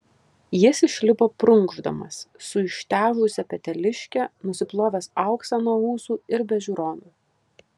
jis išlipo prunkšdamas su ištežusia peteliške nusiplovęs auksą nuo ūsų ir be žiūronų